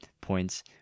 points